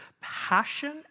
Passion